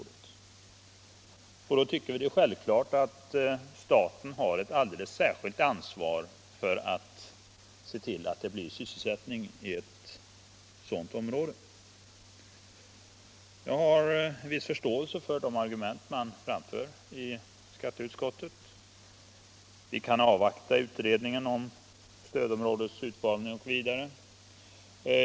Då tycker vi att det är självklart att staten har ett alldeles särskilt ansvar för att se till att det skapas sysselsättning i området. Jag har viss förståelse för de argument som framförts i skatteutskottet om att vi bör avvakta utredningen om stödområdets omfattning osv.